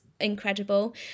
incredible